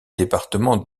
département